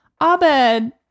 Abed